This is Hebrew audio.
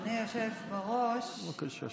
אדוני היושב בראש בבקשה.